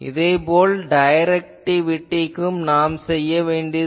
இதே போல டைரக்டிவிட்டிக்கும் செய்ய வேண்டியுள்ளது